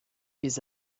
pils